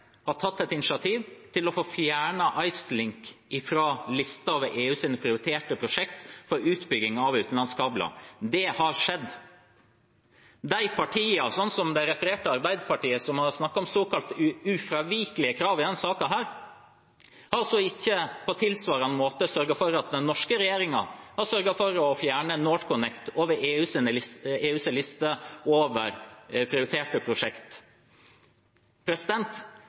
tatt et initiativ til å få fjernet IceLink fra EUs liste over prioriterte prosjekt for utbygging av utenlandskabler. Det har skjedd. De partiene – en har referert til Arbeiderpartiet – som har snakket om såkalte ufravikelige krav i denne saken, har ikke på tilsvarende måte sørget for at den norske regjeringen har sørget for å fjerne NorthConnect over EUs liste over prioriterte prosjekt.